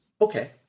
Okay